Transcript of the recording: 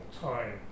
time